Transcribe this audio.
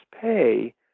Pay